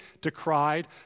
decried